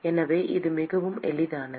எனவே இது மிகவும் எளிதானது